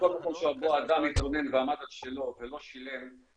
בכל מקום שבו אדם התלונן ועמד על שלו ולא שילם,